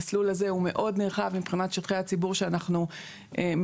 המסלול הזה הוא מאוד נרחב מבחינת שטחי הציבור שאנחנו מציעים.